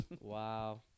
Wow